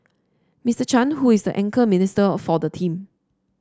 Mister Chan who is the anchor minister for the team